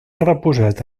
reposat